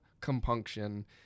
compunction